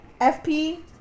FP